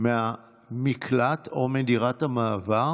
מהמקלט או מדירת המעבר.